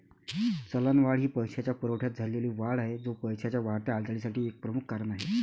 चलनवाढ ही पैशाच्या पुरवठ्यात झालेली वाढ आहे, जो पैशाच्या वाढत्या हालचालीसाठी एक प्रमुख कारण आहे